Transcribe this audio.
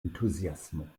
entuziasmo